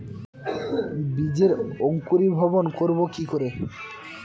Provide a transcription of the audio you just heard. বীজের অঙ্কুরিভবন করব কি করে?